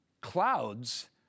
clouds